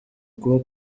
kuba